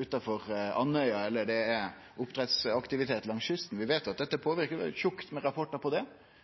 utanfor Andøya, eller det er oppdrettsaktivitet langs kysten. Vi veit at dette påverkar. Det er tjukt med rapportar om det.